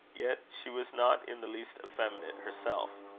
yet she was not in the least effeminate herself.